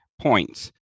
points